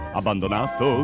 abbandonato